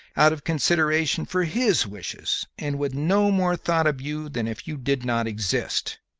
out of consideration for his wishes, and with no more thought of you than if you did not exist.